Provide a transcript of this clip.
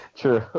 True